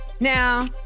Now